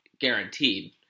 guaranteed